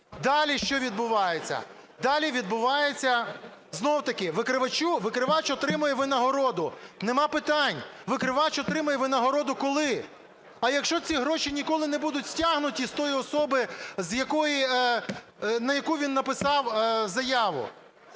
Далі що відбувається? Далі відбувається, знову-таки викривач отримує винагороду - немає питань, викривач отримує винагороду, коли… А якщо ці гроші ніколи не будуть стягнуті з тої особи, на яку він написав заяву?